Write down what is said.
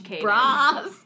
bras